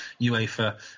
UEFA